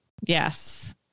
yes